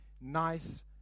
nice